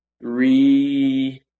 three